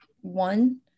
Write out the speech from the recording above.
One